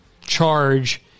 charge